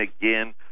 again